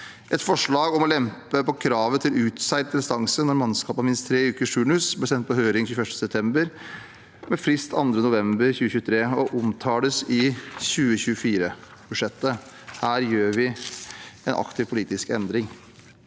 Et forslag om å lempe på kravet til utseilt distanse når mannskapet har minst tre ukers turnus, ble sendt på høring 21. september, med frist 2. november 2023, og omtales i 2024-budsjettet. Her gjør vi en aktiv politisk endring.